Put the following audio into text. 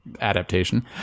adaptation